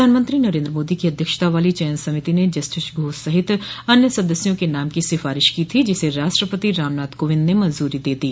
प्रधानमंत्री नरेन्द्र मोदी की अध्यक्षता वाली चयन समिति ने जस्टिस घोष सहित अन्य सदस्यों के नाम की सिफारिश की थी जिसे राष्ट्रपति रामनाथ कोविंद ने मंजूरी दे दी